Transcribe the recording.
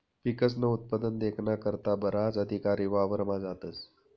पिकस्नं उत्पादन देखाना करता बराच अधिकारी वावरमा जातस